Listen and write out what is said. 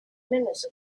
minutes